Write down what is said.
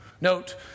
Note